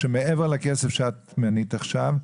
שמעבר לכסף שאת מנית עכשיו,